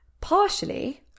partially